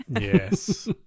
Yes